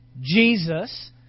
Jesus